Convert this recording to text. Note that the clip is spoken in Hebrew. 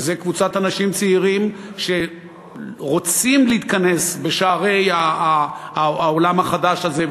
זו קבוצת אנשים צעירים שרוצים להיכנס בשערי העולם החדש הזה,